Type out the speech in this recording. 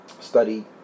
study